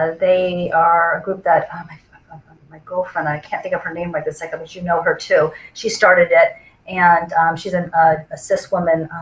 ah they are a group that my my girlfriend i can't think of her name right this second but you know her too. she started it and she's and ah a cis woman